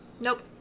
Nope